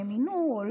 שהם מינו או לא,